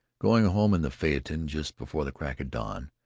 going home in the phaeton just before the crack of dawn,